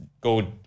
go